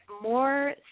more